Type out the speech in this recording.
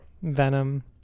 Venom